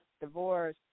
divorce